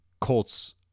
Colts